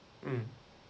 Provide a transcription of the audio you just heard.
mmhmm